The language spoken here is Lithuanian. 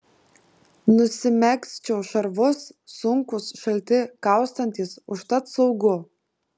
nusimegzčiau šarvus sunkūs šalti kaustantys užtat saugu